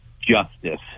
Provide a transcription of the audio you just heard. justice